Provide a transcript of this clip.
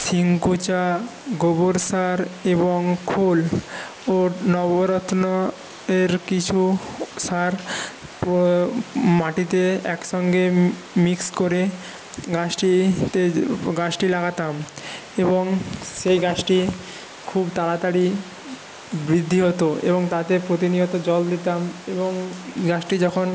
শিংকুচা গোবর সার এবং খোল ও নবরত্ন এর কিছু সার মাটিতে একসঙ্গে মিক্স করে গাছটিতে গাছটি লাগাতাম এবং সেই গাছটি খুব তাড়াতাড়ি বৃদ্ধি হতো এবং তাতে প্রতিনিয়ত জল দিতাম এবং গাছটি যখন